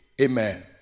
Amen